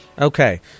Okay